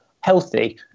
healthy